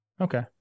Okay